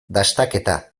dastaketa